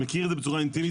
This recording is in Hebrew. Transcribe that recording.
מכיר את זה בצורה אינטימית.